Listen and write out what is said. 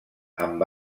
amb